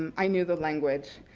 um i knew the language.